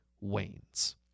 wanes